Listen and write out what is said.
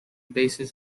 basis